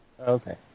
Okay